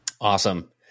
Awesome